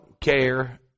care